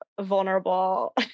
vulnerable